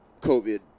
covid